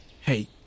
Hey